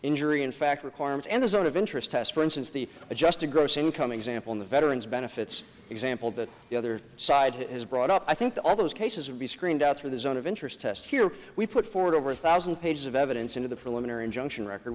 injury in fact requirements and the sort of interest test for instance the adjusted gross income example in the veterans benefits example that the other side has brought up i think all those cases would be screened out through the zone of interest test here we put forward over a thousand pages of evidence into the preliminary injunction record